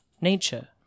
nature